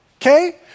okay